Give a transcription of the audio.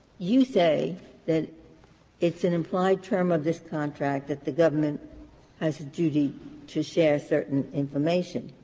you say that it's an implied term of this contract that the government has a duty to share certain information,